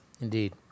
Indeed